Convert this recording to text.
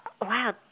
wow